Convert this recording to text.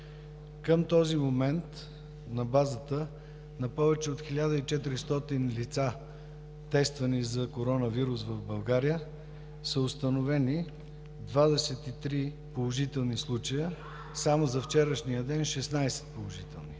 Към този момент – на базата на повече от 1400 лица, тествани за коронавирус в България, са установени 23 положителни случая. Само за вчерашния ден – 16 положителни